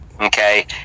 okay